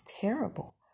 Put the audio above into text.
terrible